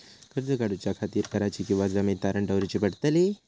कर्ज काढच्या खातीर घराची किंवा जमीन तारण दवरूची पडतली?